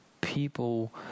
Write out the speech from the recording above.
people